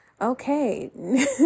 okay